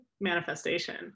manifestation